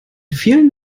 vielen